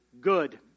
good